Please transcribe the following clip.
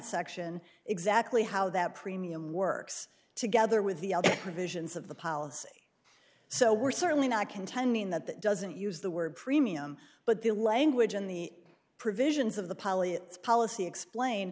section exactly how that premium works together with the provisions of the policy so we're certainly not contending that that doesn't use the word premium but the language in the provisions of the poly policy explain